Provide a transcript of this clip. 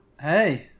Hey